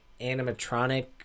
animatronic